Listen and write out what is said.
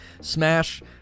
Smash